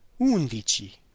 Undici